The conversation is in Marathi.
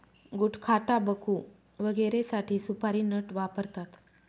गुटखाटाबकू वगैरेसाठी सुपारी नट वापरतात